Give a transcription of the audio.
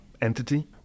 entity